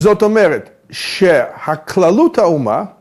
‫זאת אומרת שהכללות האומה...